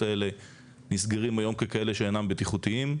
האלה נסגרים היום ככאלה שאינם בטיחותיים;